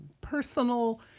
personal